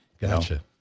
Gotcha